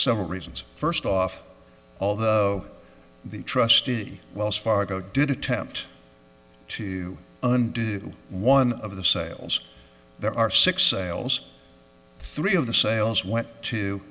several reasons first off although the trustee wells fargo did attempt to undo one of the sales there are six sales three of the sales went to